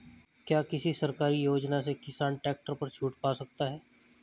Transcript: क्या किसी सरकारी योजना से किसान ट्रैक्टर पर छूट पा सकता है?